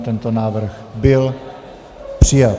Tento návrh byl přijat.